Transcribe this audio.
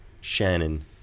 Shannon